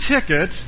ticket